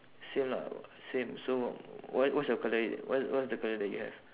same lah same so wha~ what's your colour what what's the colour that you have